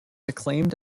acclaimed